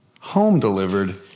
home-delivered